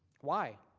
why?